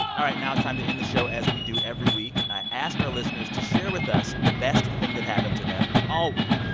all right, now it's time to end the show as we do every week. i ask our listeners to share with us the best thing that happened to them all week.